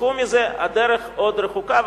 תשכחו מזה, הדרך עוד רחוקה.